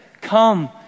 Come